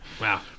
Wow